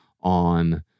on